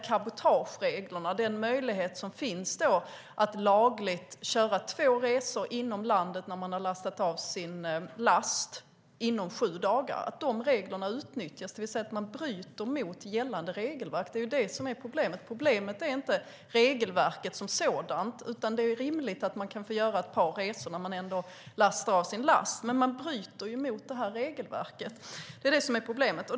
Cabotagereglerna ger möjlighet att lagligt köra två resor inom landet inom sju dagar när man har lastat av sin last. De reglerna utnyttjas. Man bryter mot gällande regelverk. Det är problemet. Problemet är inte regelverket som sådant. Det är rimligt att man kan få göra ett par resor när man ändå lastar av sin last. Men man bryter mot regelverket. Det är problemet.